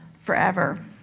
forever